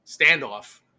standoff